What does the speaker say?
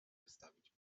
wystawić